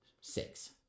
six